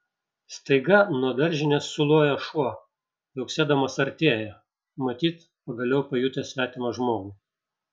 staiga nuo daržinės suloja šuo viauksėdamas artėja matyt pagaliau pajutęs svetimą žmogų